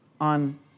on